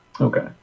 okay